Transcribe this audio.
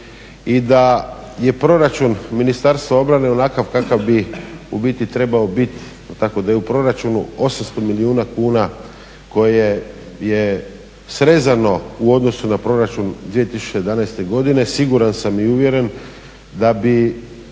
i da je proračun Ministarstva obrane onakav kakav bi u biti trebao biti tako da je u proračunu 800 milijuna kuna koje je srezano u odnosu na proračun 2011. godine siguran sam i uvjeren da bi